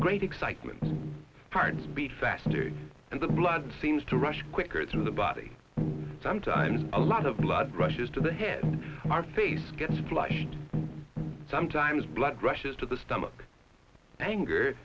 great excitement parts beat faster and the blood seems to rush quicker than the body sometimes a lot of blood rushes to the head our face gets flushed sometimes blood rushes to the stomach anger